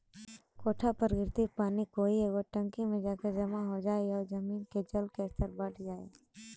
कोठा पर गिरित पानी कोई एगो टंकी में जाके जमा हो जाई आउ जमीन के जल के स्तर बढ़ जाई